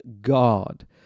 God